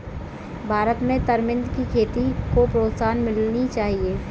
भारत में तरमिंद की खेती को प्रोत्साहन मिलनी चाहिए